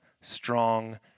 strong